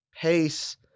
pace